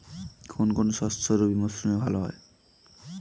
কোন কোন শস্য রবি মরশুমে ভালো হয়?